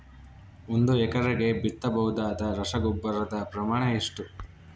ಒಂದು ಎಕರೆಗೆ ಬಿತ್ತಬಹುದಾದ ರಸಗೊಬ್ಬರದ ಪ್ರಮಾಣ ಎಷ್ಟು?